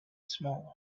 smaller